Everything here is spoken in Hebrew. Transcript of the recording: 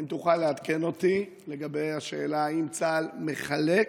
האם תוכל לעדכן אותי לגבי השאלה האם צה"ל מחלק,